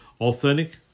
Authentic